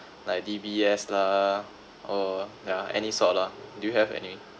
like D_B_S lah or yeah any sort lah do you have any